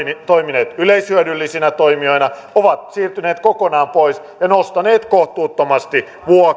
toimineet yleishyödyllisinä toimijoina ovat siirtyneet kokonaan pois ja nostaneet kohtuuttomasti